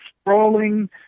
sprawling